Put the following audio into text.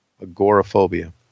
Agoraphobia